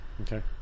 Okay